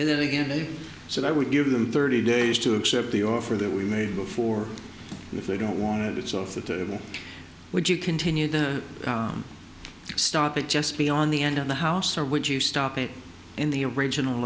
so there again they so i would give them thirty days to accept the offer that we made before and if they don't want it it's off the table would you continue to start it just beyond the end of the house or would you stop it in the original